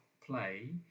play